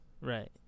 Right